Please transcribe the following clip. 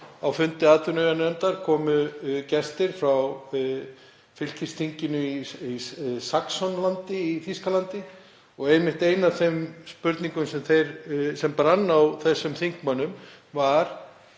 á fund atvinnuveganefndar gestir frá fylkisþinginu í Saxlandi í Þýskalandi og ein af þeim spurningum sem brann á þeim þingmönnum var: